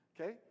okay